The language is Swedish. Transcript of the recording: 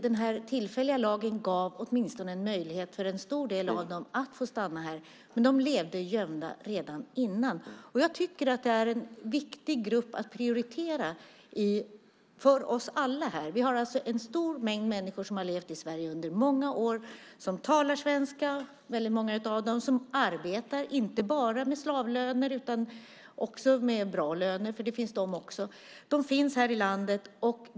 Den tillfälliga lagen gav en stor del av dem åtminstone en möjlighet att få stanna här, men de levde gömda redan innan lagen kom. Det är en viktig grupp att prioritera för oss alla. Vi har alltså en stor mängd människor som levt i Sverige under många år, som talar svenska och som arbetar inte bara för slavlöner utan också för bra löner, för det finns även sådana. De finns i landet.